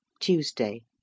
Tuesday